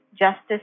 justice